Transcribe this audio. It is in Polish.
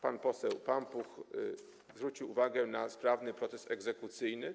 Pan poseł Pampuch zwrócił uwagę na sprawny proces egzekucyjny.